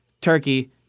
turkey